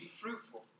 fruitful